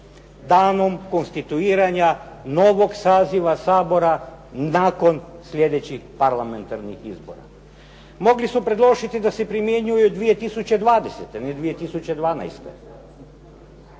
danom konstituiranja novog saziva Sabora nakon sljedećih parlamentarnih izbora. Mogli su predložiti da se primjenjuje od 2020., ne 2012..